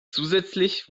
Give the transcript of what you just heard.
zusätzlich